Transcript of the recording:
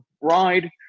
ride